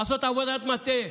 לעשות עבודת מטה.